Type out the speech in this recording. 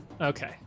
Okay